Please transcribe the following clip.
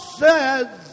says，